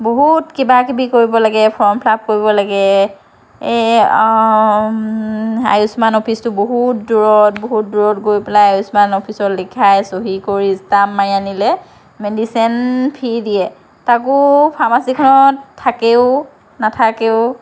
বহুত কিবা কিবি কৰিব লাগে ফৰ্ম ফিলাপ কৰিব লাগে এই আয়ুস্মান অফিচটো বহুত দূৰত বহুত দূৰত গৈ পেলাই আয়ুস্মান অফিচত লিখাই চহী কৰি ষ্টাম্প মাৰি আনিলে মেডিচিন ফ্ৰী দিয়ে তাকো ফাৰ্মাচী খনত